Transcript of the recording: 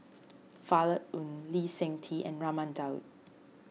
Violet Oon Lee Seng Tee and Raman Daud